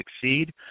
succeed